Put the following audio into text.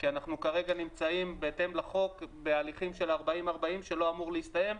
כי כרגע אנחנו נמצאים בהתאם לחוק בהליכים של 40-40 שלא אמור להסתיים,